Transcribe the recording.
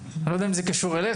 אני לא יודע אם זה קשור אליך,